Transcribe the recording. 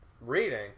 Reading